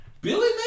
Billy